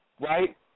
right